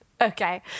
Okay